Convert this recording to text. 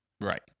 Right